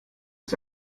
ist